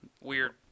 Weird